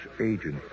agent